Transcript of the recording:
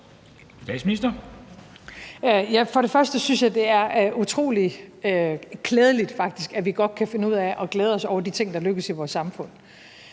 og fremmest synes jeg faktisk, det er utrolig klædeligt, at vi godt kan finde ud af at glæde os over de ting, der lykkes i vores samfund.